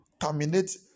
terminate